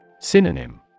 Synonym